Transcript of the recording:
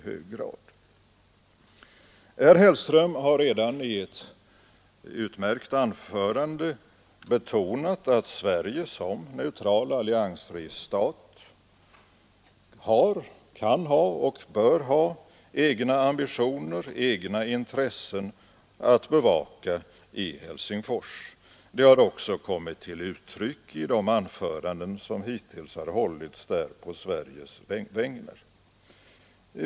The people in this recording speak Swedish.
Herr Hellström har redan i ett utmärkt anförande betonat att Sverige som neutral alliansfri stat kan ha och bör ha egna ambitioner, egna intressen att bevaka i Helsingfors. Det har också kommit till uttryck i de anföranden som hittills har hållits där på Sveriges vägnar.